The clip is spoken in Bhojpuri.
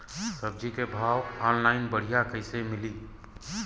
सब्जी के भाव ऑनलाइन बढ़ियां कइसे मिली?